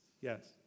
Yes